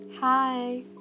Hi